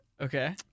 Okay